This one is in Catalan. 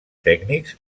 tècnics